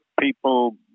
people